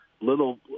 little